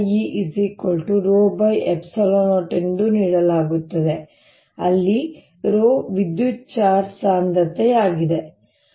E ρ ε0 ಎಂದು ನೀಡಲಾಗುತ್ತದೆ ಅಲ್ಲಿ ρ ವಿದ್ಯುತ್ ಚಾರ್ಜ್ ಸಾಂದ್ರತೆಯಾಗಿದೆ